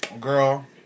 girl